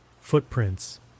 Footprints